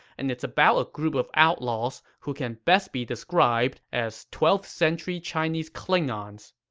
and it's about a group of outlaws who can best be described as twelfth century chinese klingons.